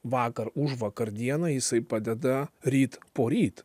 vakar užvakar dieną jisai padeda ryt poryt